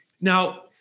Now